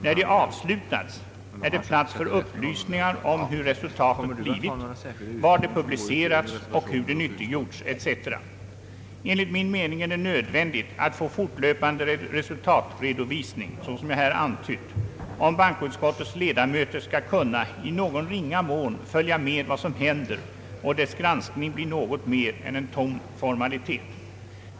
När de avslutas är det plats för upplysningar om hur resultatet blivit, var det publicerats och hur det nyttiggjorts etc. Enligt min mening är det nödvändigt att få fortlöpande resultatredovisning såsom jag här antytt, om bankoutskottets ledamöter skall kunna i någon ringa mån följa med vad som händer och dess granskning bli något mer än en tom formalitet.